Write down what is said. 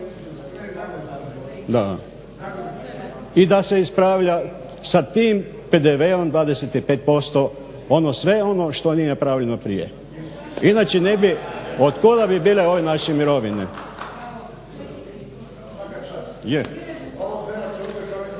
I da se ispravlja sa tim PDV-om 25% sve ono što nije napravljeno prije, inače ne bi… … /Buka u dvorani./… Otkuda bi bile ove naše mirovine.